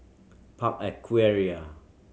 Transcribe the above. Park Aquaria